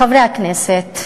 חברי הכנסת,